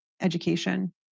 education